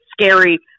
scary